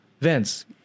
Vince